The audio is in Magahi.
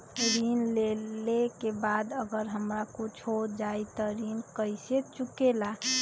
ऋण लेला के बाद अगर हमरा कुछ हो जाइ त ऋण कैसे चुकेला?